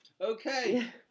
Okay